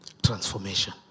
transformation